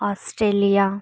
Australia